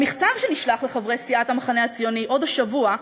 במכתב, שנשלח לחברי סיעת המחנה הציוני השבוע,